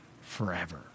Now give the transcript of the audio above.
forever